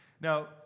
Now